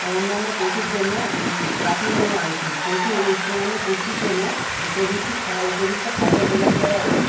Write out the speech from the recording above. ও অন্যান্য পশুর জন্য কাটিয়ে নেওয়া উচিত পশুর উচ্চমানের পুষ্টির জন্য উপযুক্ত উপযুক্ত খাদ্য প্রদান করা উচিত